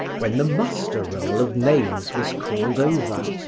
when the muster-roll of names was called over,